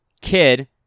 Kid